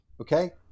Okay